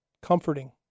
comforting